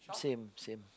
same same